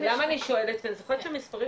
למה אני שואלת אני זוכרת שהמספרים